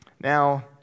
Now